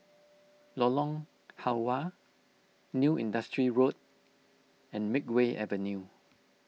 Lorong Halwa New Industrial Road and Makeway Avenue